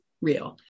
real